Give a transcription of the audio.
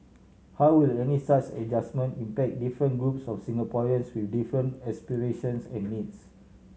how will any such adjustment impact different groups of Singaporeans with different aspirations and needs